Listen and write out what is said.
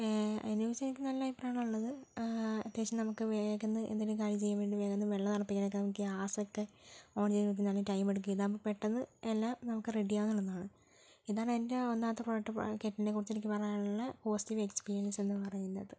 അതിന് ചോദിച്ചാൽ എനിയ്ക്കു നല്ല അഭിപ്രായം ആണുള്ളത് അത്യാവശ്യം നമുക്ക് വേഗമെന്ന് എന്തെങ്കിലും കാര്യം ചെയ്യാൻ വേണ്ടി വേഗമൊന്ന് വെള്ളം തിളപ്പിയ്ക്കാൻ ഒക്കെ ഗ്യാസ് ഒക്കെ ഓൺ ചെയ്യാൻ നല്ല ടൈം എടുക്കും ഇതാകുമ്പോൾ പെട്ടെന്ന് എല്ലാം നമുക്ക് റെഡി ആകുമെന്നുള്ളതാണ് എൻ്റെ ഒന്നാമത്തെ പ്രോഡക്റ്റ് കെറ്റിലിനെ കുറിച്ച് എനിയ്ക്ക് പറയാനുള്ള പോസിറ്റീവ് എക്സ്പീരിയൻസ് എന്ന് പറയുന്നത്